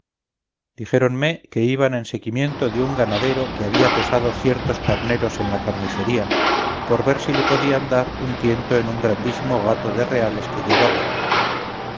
angelicos dijéronme que iban en seguimiento de un ganadero que había pesado ciertos carneros en la carnicería por ver si le podían dar un tiento en un grandísimo gato de reales que llevaba